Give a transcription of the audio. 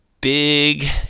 Big